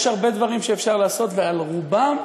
יש הרבה דברים שאפשר לעשות, אבל רובם,